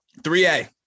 3A